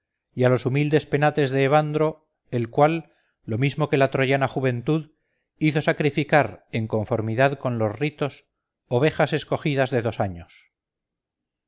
a los humildes penates de evandro el cual lo mismo que la troyana juventud hizo sacrificar en conformidad con los ritos ovejas escogidas de dos años